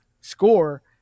score